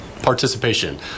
Participation